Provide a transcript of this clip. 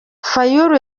fayulu